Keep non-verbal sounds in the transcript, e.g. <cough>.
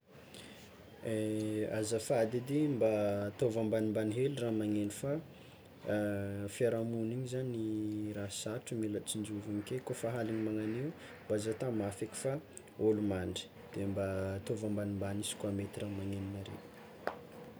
Azafady edy mba ataovy ambanimbany hely raha magneno fa <hesitation> fiarahamoniny igny zany raha sarotry mila tsinjoviky ke kôfa aligny magnan'io fa olo mandry, de mba ataovy ambanimbany izy koa mety raha magnenonareo.